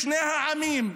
שני העמים,